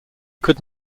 could